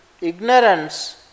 ignorance